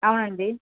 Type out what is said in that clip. అవునండి